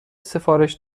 سفارش